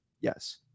Yes